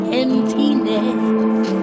emptiness